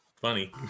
funny